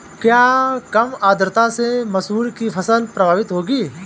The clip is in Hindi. क्या कम आर्द्रता से मसूर की फसल प्रभावित होगी?